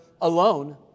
alone